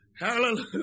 hallelujah